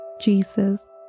Jesus